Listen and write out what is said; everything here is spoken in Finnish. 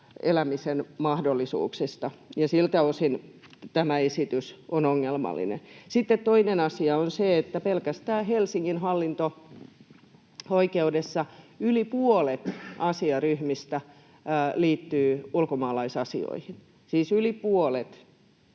peruselämisen mahdollisuuksista, ja siltä osin tämä esitys on ongelmallinen. Sitten toinen asia on se, että pelkästään Helsingin hallinto-oikeudessa yli puolet asiaryhmistä liittyy ulkomaalaisasioihin, siis yli puolet,